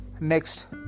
Next